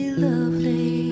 lovely